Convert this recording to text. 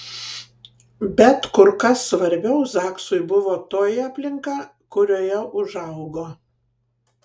bet kur kas svarbiau zaksui buvo toji aplinka kurioje užaugo